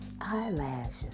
Eyelashes